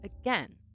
again